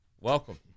welcome